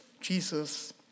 Jesus